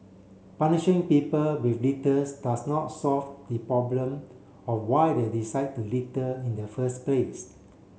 punishing people does not solve the problem of why they decide to litter in the first place